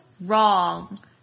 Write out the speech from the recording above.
wrong